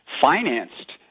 financed